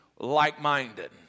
Like-minded